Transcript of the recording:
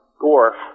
GORF